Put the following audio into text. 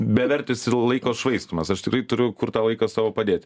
bevertis laiko švaistymas aš tikrai turiu kur tą laiką savo padėti